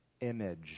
image